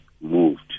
moved